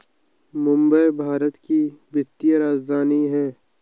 मुंबई भारत की वित्तीय राजधानी है